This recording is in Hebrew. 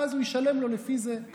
ואז הוא ישלם לו לפי מספר השקים.